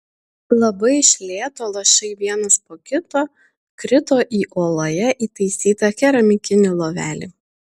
labai iš lėto lašai vienas po kito krito į uoloje įtaisytą keramikinį lovelį